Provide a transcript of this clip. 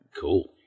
Cool